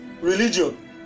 religion